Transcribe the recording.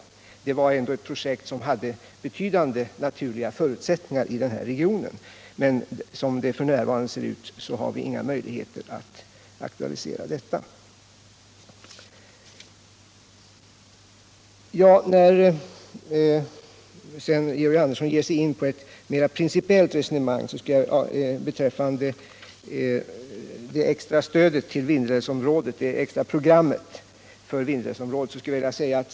Detta var ändå ett projekt som hade betydande naturliga förutsättningar i denna region. Men som det f. n. ser ut har vi inga möjligheter att aktualisera det. Georg Andersson gav sig sedan in på ett mera principiellt resonemang beträffande ett extra program för Vindelälvsområdet.